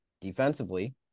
defensively